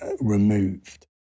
removed